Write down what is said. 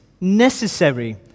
Necessary